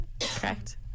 Correct